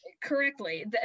Correctly